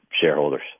shareholders